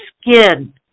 skin